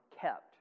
kept